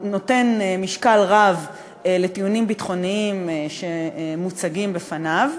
הוא נותן משקל רב לטיעונים ביטחוניים שמוצגים בפניו.